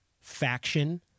faction